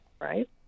right